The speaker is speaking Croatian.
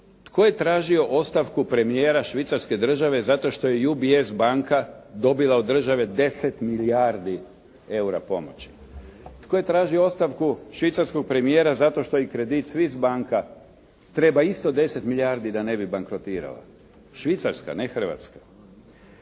Tko je tražio ostavku premijera Švicarske države zato što je UBS banka dobila od države 10 milijardi eura pomoći? Tko je tražio ostavku švicarskog premijera zato što i kredit Swiss banka treba isto 10 milijardi da ne bi bankrotirala? Švicarska, ne Hrvatska.